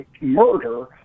murder